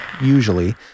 usually